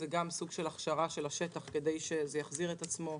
זה גם סוג של הכשרה של השטח כדי שזה יחזיר את עצמו.